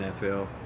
NFL